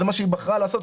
זה מה שהיא בחרה לעשות,